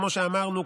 כמו שאמרנו,